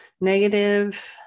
negative